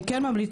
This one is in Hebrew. אני כן ממליצה,